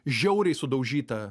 žiauriai sudaužyta